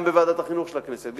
בוועדת החינוך של הכנסת,